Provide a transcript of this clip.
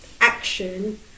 action